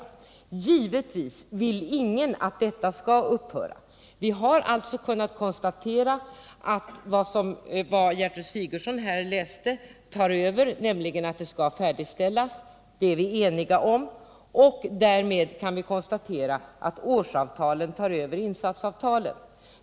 Givetvis vill ingen att den skall upphöra. Vi har kunnat notera att vad Gertrud Sigurdsen här läste tar över, nämligen att projektet skall färdigställas, och det är vi eniga om. Därmed kan vi konstatera att årsavtalen tar över insatsavtalet.